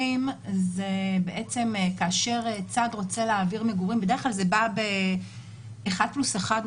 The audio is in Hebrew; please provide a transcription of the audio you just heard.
שזה בעצם כאשר צד רוצה להעביר מגורים וזה בדרך כלל בא באחד פלוס אחד,